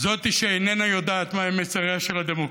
זאת שאיננה יודעת מהם מסריה של הדמוקרטיה.